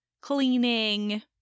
cleaning